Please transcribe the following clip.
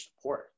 support